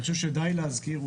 אני חושב שדי להזכיר,